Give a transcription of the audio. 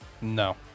No